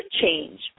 change